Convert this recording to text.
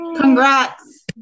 Congrats